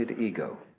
ego